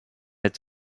its